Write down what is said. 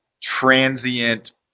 transient